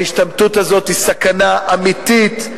ההשתמטות הזאת היא סכנה אמיתית,